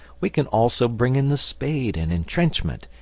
we can also bring in the spade and entrenchment,